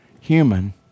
human